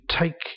take